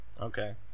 okay